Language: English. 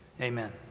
amen